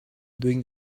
doing